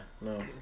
No